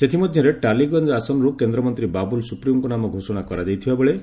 ସେଥିମଧ୍ୟରେ ଟାଲିଗଞ୍ଜ ଆସନରୁ କେନ୍ଦ୍ରମନ୍ତ୍ରୀ ବାବୁଲ ସୁପ୍ରିଓଙ୍କ ନାମ ଘୋଷଣା କରାଯାଇଥିବାବେଳେ